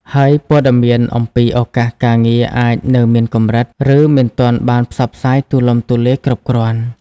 ហើយព័ត៌មានអំពីឱកាសការងារអាចនៅមានកម្រិត ឬមិនទាន់បានផ្សព្វផ្សាយទូលំទូលាយគ្រប់គ្រាន់។